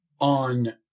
on